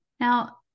Now